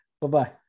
Bye-bye